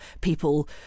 people